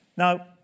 Now